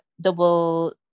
double